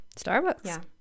Starbucks